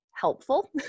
Helpful